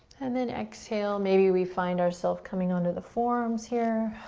and then exhale, maybe we find our self coming onto the forearms, here.